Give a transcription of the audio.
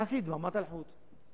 יחסית דממת אלחוט.